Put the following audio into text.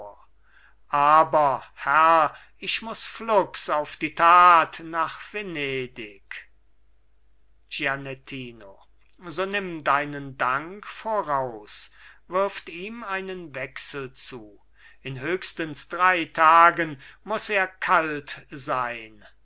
aber herr ich muß flugs auf die tat nach venedig gianettino so nimm deinen dank voraus wirft ihm einen wechsel zu in höchstens drei tagen muß er kalt sein